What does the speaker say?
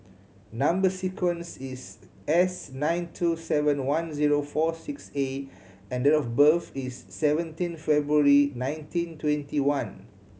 number sequence is S nine two seven one zero four six A and date of birth is seventeen February nineteen twenty one